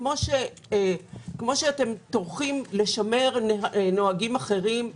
כמו שאתם טורחים לשמר מנהגים אחרים,